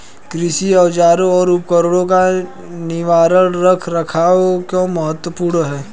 कृषि औजारों और उपकरणों का निवारक रख रखाव क्यों महत्वपूर्ण है?